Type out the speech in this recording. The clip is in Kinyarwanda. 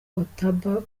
ataba